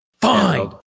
fine